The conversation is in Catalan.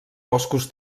boscos